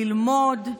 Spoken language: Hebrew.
ללמוד,